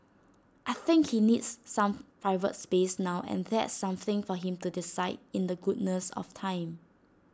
I think he needs some private space now and that's something for him to decide in the goodness of time